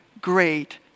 great